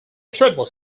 triplets